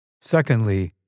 Secondly